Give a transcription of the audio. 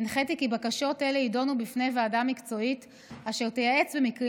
הנחיתי כי בקשות אלה יידונו בפני ועדה מקצועית אשר תייעץ במקרים